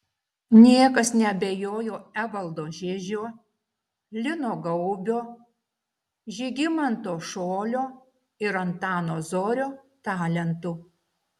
niekas neabejojo evaldo žižio lino gaubio žygimanto šolio ir antano zorio talentu